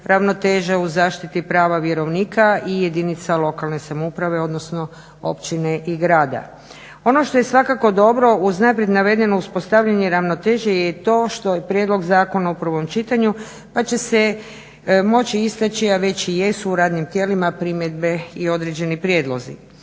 ravnoteža u zaštiti prava vjerovnika i jedinica lokalne samouprave, odnosno općine i grada. Ono što je svakako dobro uz naprijed navedeno uspostavljanje ravnoteže je to što je prijedlog zakona u prvom čitanju, pa će se moći istaći, a već i jesu u radnim tijelima primjedbe i određeni prijedlozi.